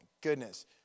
goodness